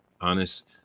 honest